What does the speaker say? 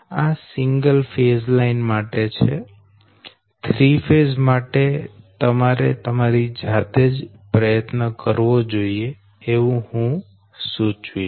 આ single phase line માટે છે 3 ફેઝ માટે તમારે તમારી જાતે જ પ્રયત્ન કરવો જોઈએ એવું હું સૂચવીશ